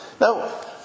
Now